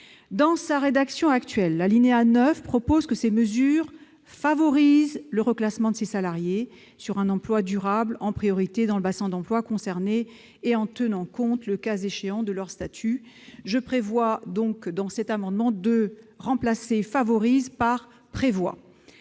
Dans sa rédaction actuelle, l'alinéa 9 indique que ces mesures « favorisent le reclassement de ces salariés sur un emploi durable en priorité dans le bassin d'emploi concerné et en tenant compte, le cas échéant, de leur statut ». Cet amendement tend à remplacer « favorisent » par « prévoient ».